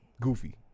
goofy